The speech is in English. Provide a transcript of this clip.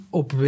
op